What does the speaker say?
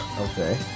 Okay